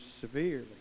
severely